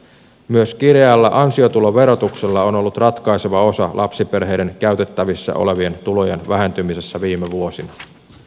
myös kireällä ansiotuloverotuksella on ollut ratkaiseva osa lapsiperheiden käytettävissä olevien tulojen vähentymisessä viime vuosina